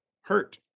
hurt